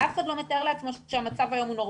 הרי אף אחד לא מתאר לעצמו שהמצב היום הוא נורמלי.